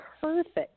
perfect